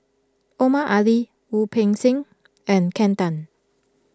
Omar Ali Wu Peng Seng and Henn Tan